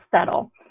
settle